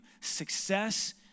Success